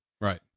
right